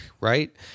right